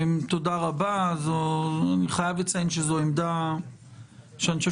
אני חייב לציין שזאת עמדה שאני חושב